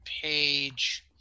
Page